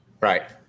Right